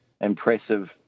impressive